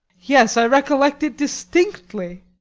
yes, i recollect it distinctly.